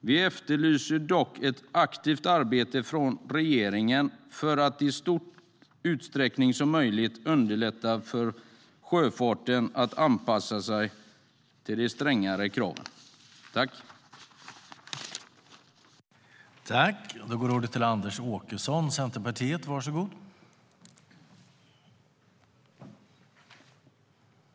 Vi efterlyser dock ett aktivt arbete från regeringen för att i så stor utsträckning som möjligt underlätta för sjöfarten att anpassa sig till de strängare kraven. "I detta anförande instämde Per Klarberg .